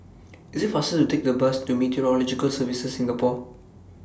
IT IS faster to Take The Bus to Meteorological Services Singapore